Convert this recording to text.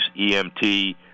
EMT